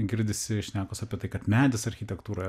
girdisi šnekos apie tai kad medis architektūroje